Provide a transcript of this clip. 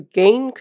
gain